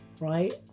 right